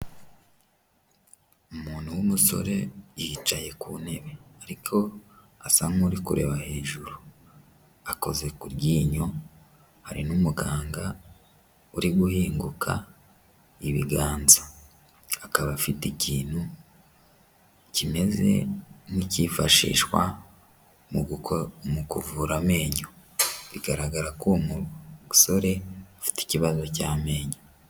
Umuntu w'umusore yicaye ku ntebe ariko asa nkuri kureba hejuru akoze kuryinyo, hari n'umuganga uri guhinguka ibiganza, akaba afite ikintu kimeze nk'icyifashishwa mu kuvura amenyo bigaragara ko uwo musore afite ikibazo cy'amenyo.